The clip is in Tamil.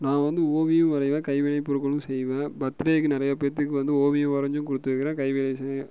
நான் வந்து ஓவியம் வரைவேன் கைவினை பொருட்களும் செய்வேன் பர்த்டேக்கு நிறைய பேர்த்துக்கு வந்து ஓவியம் வரைஞ்சும் கொடுத்துருக்குறேன் கைவினை செஞ்சு